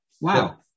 Wow